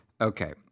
Okay